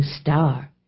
star